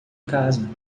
casa